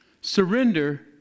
Surrender